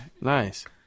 Nice